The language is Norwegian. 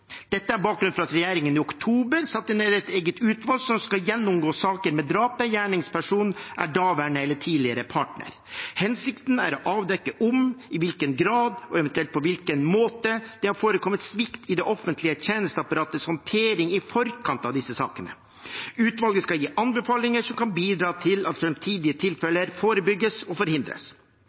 Dette er bakgrunnen for at regjeringen i oktober satte ned et eget utvalg som skal gjennomgå saker med drap der gjerningspersonen er daværende eller tidligere partner. Hensikten er å avdekke om, i hvilken grad og eventuelt på hvilken måte det har forekommet svikt i det offentlige tjenesteapparatets håndtering i forkant av disse sakene. Utvalget skal gi anbefalinger som kan bidra til at framtidige tilfeller forebygges og forhindres.